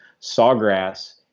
sawgrass